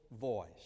voice